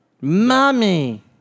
Mommy